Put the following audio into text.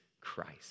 Christ